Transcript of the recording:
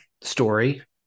story